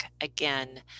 again